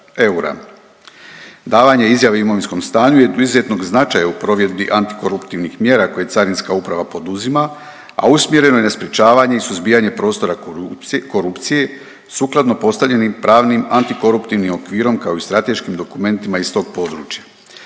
eura. Davanje izjave o imovinskom stanju je od izuzetnog značaja u provjeri antikoruptivnih mjera koje Carinska uprava poduzima, a usmjereno je na sprječavanje i suzbijanje prostora korupcije, sukladno postavljenim pravnim antikoruptivnim okvirom kao i strateškim dokumentima iz tog područja.